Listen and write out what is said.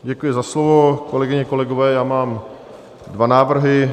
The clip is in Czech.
Děkuji za slovo, kolegyně, kolegové, mám dva návrhy.